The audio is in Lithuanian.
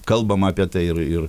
kalbama apie tai ir ir